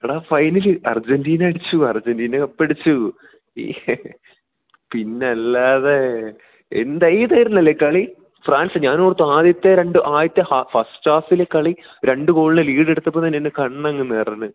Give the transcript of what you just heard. എടാ final Argentina അടിച്ചു Argentina കപ്പടിച്ചു പിന്നെയല്ലാതെ എന്താണ് ഏതായിരുന്നുവല്ലേ കളി ഫ്രാൻസ് ഞാനോർത്തു ആദ്യത്തെ രണ്ട് ആദ്യത്തെ ഫസ്റ്റ് ഹാഫില് കളി രണ്ട് ഗോളിന് ലീഡ് എടുത്തപ്പോള് തന്നെ എൻ്റെ കണ്ണങ്ങ് നിറഞ്ഞു